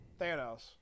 Thanos